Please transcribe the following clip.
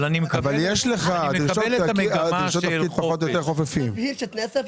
אבל אני מקבל את המגמה --- תנאי הסף